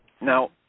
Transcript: Now